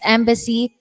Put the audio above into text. Embassy